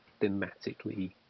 thematically